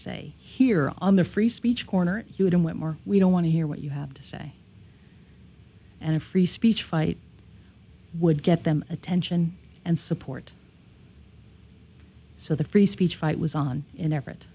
say here on the free speech corner you don't want more we don't want to hear what you have to say and a free speech fight would get them attention and support so the free speech fight was on in ever